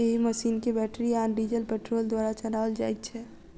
एहि मशीन के बैटरी आ डीजल पेट्रोल द्वारा चलाओल जाइत छै